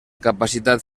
capacitat